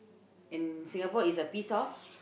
in Singapore is a piece of